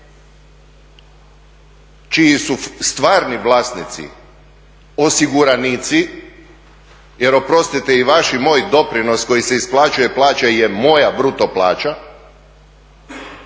čiji su stvarni vlasnici osiguranici jer oprostite i vaš i moj doprinos koji se isplaćuje plaća je moja bruto plaća